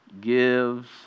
gives